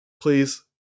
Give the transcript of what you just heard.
please